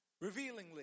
revealingly